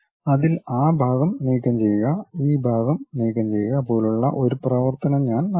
അതിൽ ആ ഭാഗം നീക്കംചെയ്യുക ഈ ഭാഗം നീക്കംചെയ്യുക പോലുള്ള ഒരു പ്രവർത്തനം ഞാൻ നടത്തും